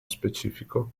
specifico